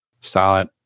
solid